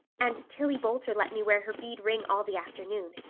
and tillie boulter let me wear her bead ring all the afternoon.